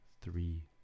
three